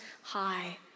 high